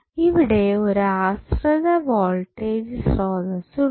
ഇവിടെ ഒരു ആശ്രിത വോൾട്ടേജ് സ്രോതസ്സ് ഉണ്ട്